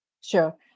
Sure